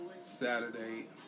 Saturday